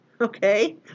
okay